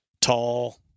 Tall